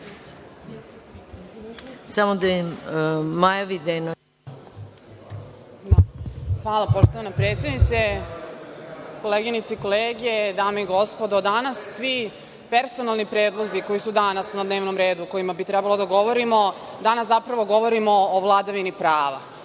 **Maja Videnović** Hvala poštovana predsednice. Koleginice i kolege, dame i gospodo, danas svi personalni predlozi koji su danas na dnevnom redu o kojima bi trebalo da govorimo, danas zapravo govorimo o vladavini prava.